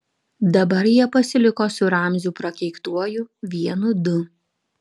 dabar jie pasiliko su ramziu prakeiktuoju vienu du